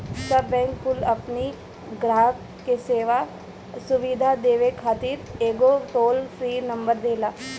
सब बैंक कुल अपनी ग्राहक के सुविधा देवे खातिर एगो टोल फ्री नंबर देला